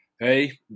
hey